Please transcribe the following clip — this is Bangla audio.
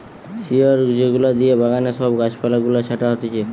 শিয়ার যেগুলা দিয়ে বাগানে সব গাছ পালা গুলা ছাটা হতিছে